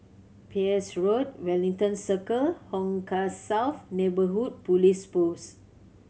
Peirce Road Wellington Circle Hong Kah South Neighbourhood Police Post